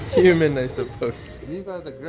human, i suppose. these are the grandma.